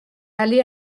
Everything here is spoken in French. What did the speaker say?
aller